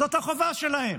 זאת החובה שלהם.